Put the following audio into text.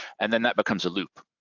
and then that becomes a loop.